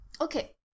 Okay